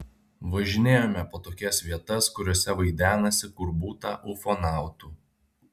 važinėjome po tokias vietas kuriose vaidenasi kur būta ufonautų